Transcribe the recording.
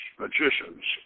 magicians